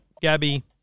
Gabby